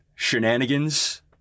Shenanigans